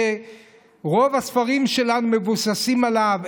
שרוב הספרים שלנו מבוססים עליו,